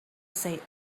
said